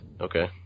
Okay